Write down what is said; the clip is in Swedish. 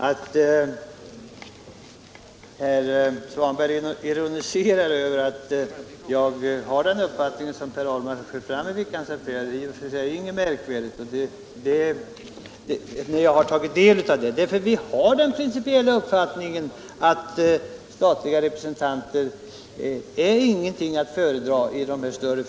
Herr Svanberg ironiserar över att jag har den uppfattning som Per Ahlmark framför i Veckans Affärer. Det är inget märkligt i det. Vi har den principiella uppfattningen att statliga representanter inte är att rekommendera i de större företagens styrelser. Näringspolitiken Näringspolitiken den det ej vill röstar nej. den det ej vill röstar nej. den det ej vill röstar nej. den det ej vill röstar nej.